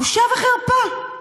בושה וחרפה.